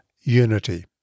unity